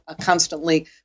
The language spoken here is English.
constantly